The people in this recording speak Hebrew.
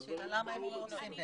השאלה למה הם לא עושים.